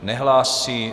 Nehlásí.